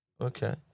okay